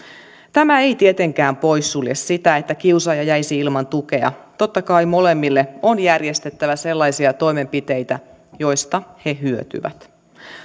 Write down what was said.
tämä ei tietenkään poissulje sitä että kiusaaja jäisi ilman tukea totta kai molemmille on järjestettävä sellaisia toimenpiteitä joista he hyötyvät